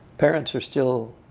parents are still